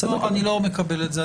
אני לא מקבל את זה.